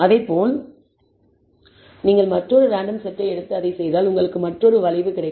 அதேபோல் நீங்கள் மற்றொரு ரேண்டம் செட்டை எடுத்து அதைச் செய்தால் உங்களுக்கு மற்றொரு வளைவு கிடைக்கும்